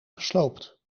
gesloopt